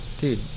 dude